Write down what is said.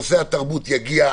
נושא התרבות יגיע.